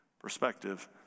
perspective